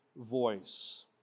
voice